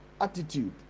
attitude